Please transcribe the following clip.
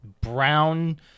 brown